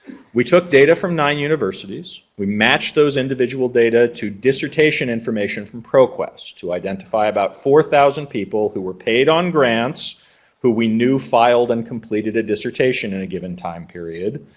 we took data from nine universities, we matched those individual data to dissertation information from proquest to identify about four thousand people who were paid on grants who we knew filed and completed a dissertation in a given time period.